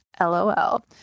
LOL